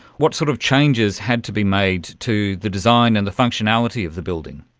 what sort of changes had to be made to the design and the functionality of the building?